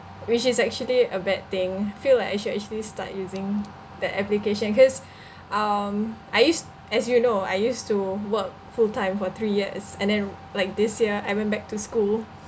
which is actually a bad thing feel like I should actually start using the application cause um I used as you know I used to work full time for three years and then like this year I went back to school